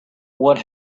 what